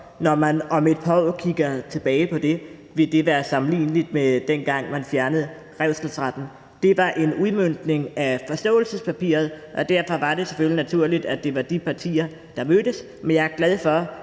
når man om et par år kigger tilbage på det, vil være sammenligneligt med dengang, man fjernede revselsesretten. Det var en udmøntning af forståelsespapiret, og derfor var det selvfølgelig naturligt, at det var de partier, der mødtes. Men jeg er glad for,